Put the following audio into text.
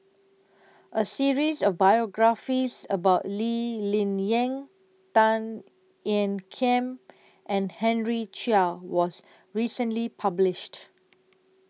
A series of biographies about Lee Ling Yen Tan Ean Kiam and Henry Chia was recently published